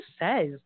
says